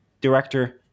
director